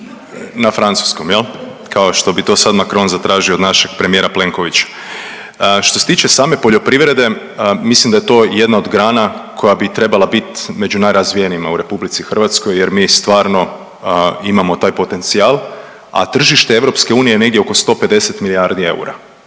Na francuskom, jel' kao što bi to sad Macron zatražio od našeg premijera Plenkovića. Što se tiče same poljoprivrede mislim da je to jedna od grana koja bi trebala bit među najrazvijenijima u Republici Hrvatskoj jer mi stvarno imamo taj potencijal, a tržište EU je negdje oko 150 milijardi eura.